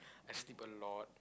I sleep a lot